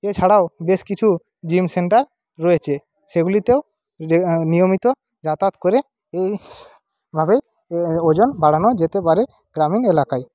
এছাড়াও বেশ কিছু জিম সেন্টার রয়েছে সেগুলিতেও যে নিয়মিত যাতায়াত করে এই ভাবে এই ওজন বাড়ানো যেতে পারে গ্রামীণ এলাকায়